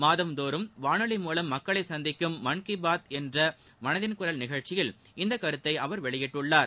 மாதந்தோறும் வானொலி மூலம் மக்களை சந்திக்கும் மன் கீ பாத் என்ற மனதின் குரல் நிகழ்ச்சியில் இந்த கருத்தை அவர் வெளியிட்டார்